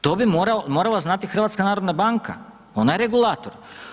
To bi morala znati HNB, ona je regulator.